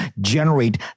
generate